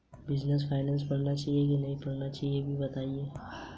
आजकल बैंकों द्वारा उपलब्ध कराई जा रही कोई चार सुविधाओं के बारे में बताइए?